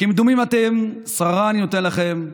"כמדומין אתם ששררה אני נותן לכם?